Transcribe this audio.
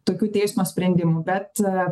tokių teismo sprendimų bet